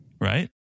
right